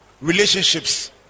relationships